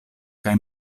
kaj